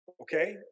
Okay